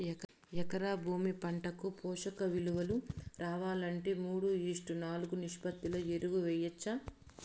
ఎకరా భూమి పంటకు పోషక విలువలు రావాలంటే మూడు ఈష్ట్ నాలుగు నిష్పత్తిలో ఎరువులు వేయచ్చా?